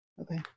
Okay